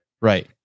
Right